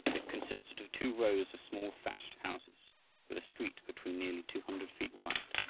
it consisted of two rows of small thatched houses with a street between nearly two hundred feet wide.